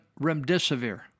remdesivir